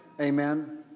Amen